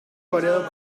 variado